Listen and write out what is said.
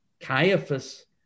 Caiaphas